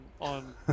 on